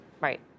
Right